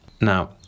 Now